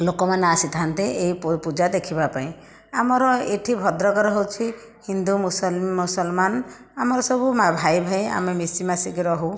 ଲୋକମାନେ ଆସିଥାନ୍ତି ଏହି ପୂଜା ଦେଖିବା ପାଇଁ ଆମର ଏଠି ଭଦ୍ରକର ହେଉଛି ହିନ୍ଦୁ ମୁସଲମାନ ଆମର ସବୁ ଭାଇ ଭାଇ ଆମେ ମିଶି ମାସିକି ରହୁ